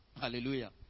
Hallelujah